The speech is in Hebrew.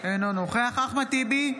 אינו נוכח אחמד טיבי,